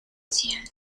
extinción